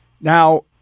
Now